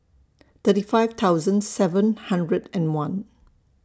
thirty five thousand seven hundred and one